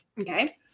Okay